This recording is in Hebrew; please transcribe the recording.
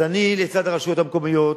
אז אני לצד הרשויות המקומיות,